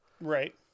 Right